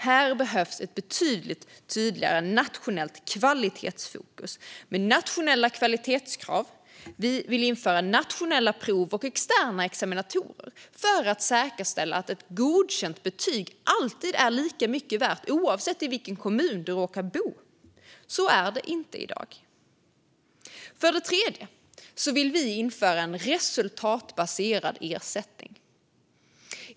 Här behövs ett betydligt tydligare nationellt kvalitetsfokus med nationella kvalitetskrav. Vi vill införa nationella prov och externa examinatorer för att säkerställa att ett godkänt betyg alltid är lika mycket värt, oavsett i vilken kommun du råkar bo. Så är det inte i dag. För det tredje vill vi införa en resultatbaserad ersättning.